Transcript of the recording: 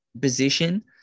position